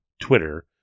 Twitter